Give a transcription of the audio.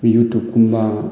ꯌꯨꯇꯨꯕꯀꯨꯝꯕ